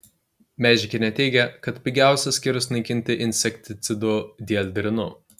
meižikienė teigė kad pigiausia skėrius naikinti insekticidu dieldrinu